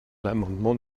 l’amendement